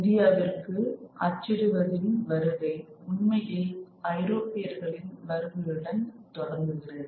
இந்தியாவிற்கு அச்சிடுவதின் வருகை உண்மையில் ஐரோப்பியர்களின் வருகையுடன் தொடங்குகிறது